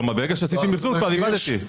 כלומר, ברגע שעשיתי מחזור, כבר איבדתי.